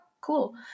cool